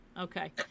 Okay